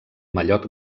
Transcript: mallot